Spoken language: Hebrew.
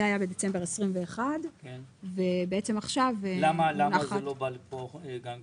זה היה בדצמבר 2021. למה זה לא בא לפה גם כן?